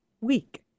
week